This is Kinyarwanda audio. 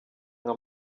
nka